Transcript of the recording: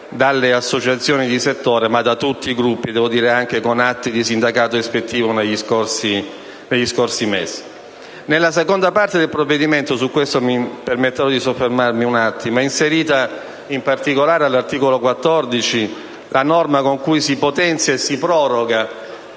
dalle associazioni di settore, ma da tutti i Gruppi, anche con atti di sindacato ispettivo presentati negli scorsi mesi. Nella seconda parte del provvedimento - su questo mi permetto di soffermarmi brevemente - è inserita, in particolare all'articolo 14, la norma con cui si potenzia e si proroga